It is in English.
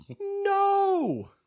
No